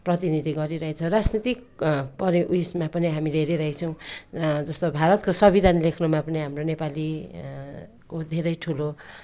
प्रतिनिधि गरिरहेछ राजनीतिक पर् उयसमा पनि हामीले हेरिरहेछौँ जस्तो भारतको संविधान लेख्नुमा पनि हाम्रो नेपाली को धेरै ठुलो